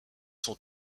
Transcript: sont